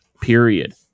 period